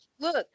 look